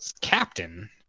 captain